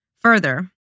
Further